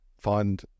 find